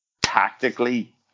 tactically